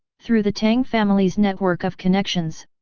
through the tang family's network of connections,